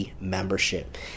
membership